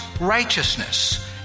righteousness